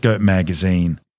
magazine